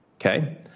Okay